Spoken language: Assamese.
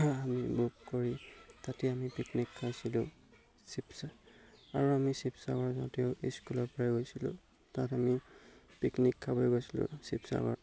আমি বুক কৰি তাতে আমি পিকনিক খাইছিলোঁ শিৱসাগ আৰু আমি শিৱসাগৰ যাওঁতেও স্কুলৰ পৰাই গৈছিলোঁ তাত আমি পিকনিক খাবৈ গৈছিলোঁ শিৱসাগৰত